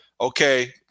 okay